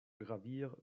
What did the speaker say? gravir